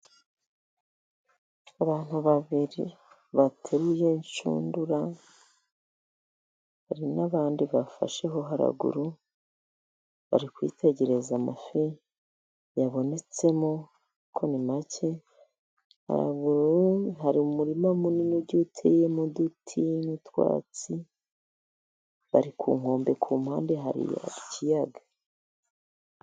Abantu babiri bateruye inshundura, hari n'abandi bafasheho haruguru bari kwitegereza amafi yabonetsemo ariko ni make, haruguru hari umurima munini ugiye uteyemo uduti n'utwatsi bari ku nkombe, ku mpande hari ikiyaga.